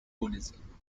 buddhism